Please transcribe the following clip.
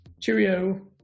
Cheerio